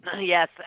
Yes